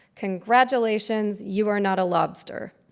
congratulations. you are not a lobster.